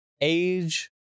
age